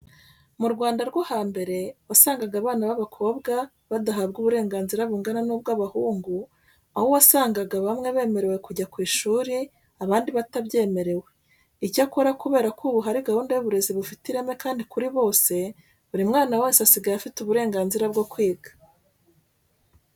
Mu Rwanda rwo hambere wasangaga abana b'abakobwa badahabwa uburenganzira bungana n'ubw'abahungu, aho wasangaga bamwe bemerewe kujya ku ishuri, abandi batabyemerewe. Icyakora kubera ko ubu hari gahunda y'uburezi bufite ireme kandi kuri bose, buri mwana wese asigaye afite uburenganzira bwo kwiga.